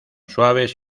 suaves